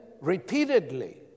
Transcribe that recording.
repeatedly